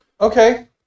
Okay